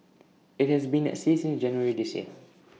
IT has been at sea since January this year